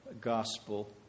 gospel